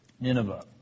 Nineveh